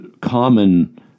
common